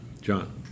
John